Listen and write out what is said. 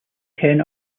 ten